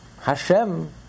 Hashem